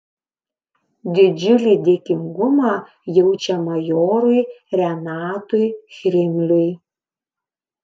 didžiulį dėkingumą jaučia majorui renatui chrimliui